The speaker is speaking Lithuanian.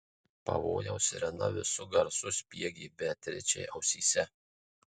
pavojaus sirena visu garsu spiegė beatričei ausyse